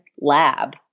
lab